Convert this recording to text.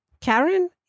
Karen